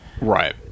Right